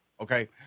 Okay